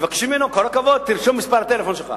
אומרים לו: כל הכבוד, תרשום את מספר הטלפון שלך.